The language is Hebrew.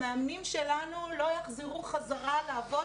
המאמנים שלנו לא יחזרו חזרה לעבוד